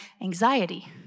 anxiety